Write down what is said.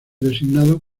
designado